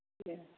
दे